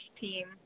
team